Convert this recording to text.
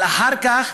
אבל אחר כך